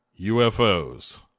UFOs